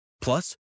Plus